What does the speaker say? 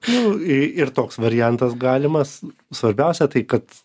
nu ir ir toks variantas galimas svarbiausia tai kad